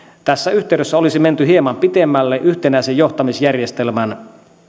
tässä yhteydessä olisi menty hieman pitemmälle yhtenäisen johtamisjärjestelmän